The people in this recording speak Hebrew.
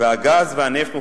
והגז והנפט מופקים.